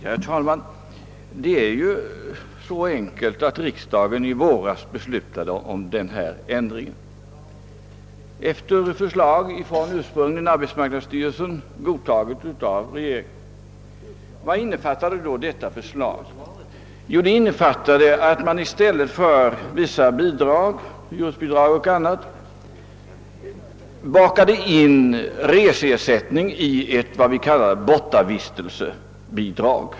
Herr talman! Det är ju så enkelt, att riksdagen i våras beslutade om denna ändring efter förslag ursprungligen från arbetsmarknadsstyrelsen, godtaget av regeringen. Vad innefattade då detta förslag? Jo, det innefattade att man i stället för vissa bidrag — hyresbidrag och andra — bakade in reseersättningen i vad vi kallar ett bortavistelsebidrag.